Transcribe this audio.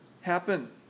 happen